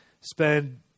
spend